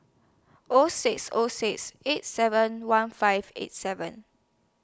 O six O six eight seven one five eight seven